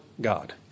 God